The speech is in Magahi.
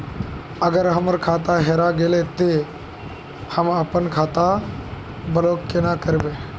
अगर हमर खाता हेरा गेले ते हम अपन खाता ब्लॉक केना करबे?